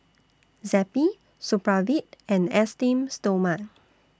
Zappy Supravit and Esteem Stoma